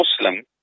Muslim